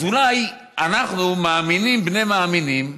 אז אולי אנחנו, מאמינים בני מאמינים,